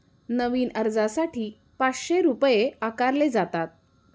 नवीन अर्जासाठी पाचशे रुपये आकारले जातात